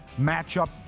matchup